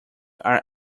are